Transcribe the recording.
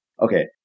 Okay